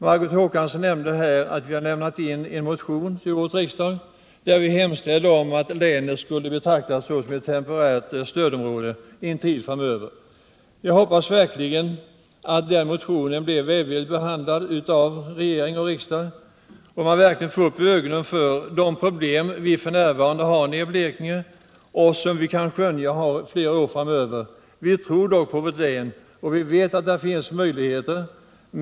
Margot Håkansson nämnde att vi lämnat in en motion till årets riksdag, där vi hemställer att länet skulle betraktas såsom ett temporärt stödområde en tid framöver. Jag hoppas verkligen att den motionen blir välvilligt behandlad av regering och riksdag och att man skall få upp ögonen för de problem som vi f. n. har nere i Blekinge och som vi kan förutse för flera år framöver. Vi tror dock på vårt län, och vi vet att det där finns möjligheter.